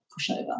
pushover